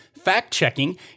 fact-checking